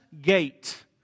Gate